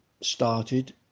started